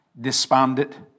Despondent